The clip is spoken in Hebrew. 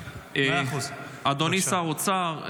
אדוני שר האוצר,